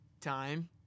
time